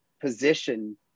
position